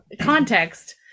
context